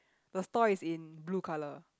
the store is in blue colour